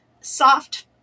soft